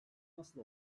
nasıl